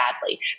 badly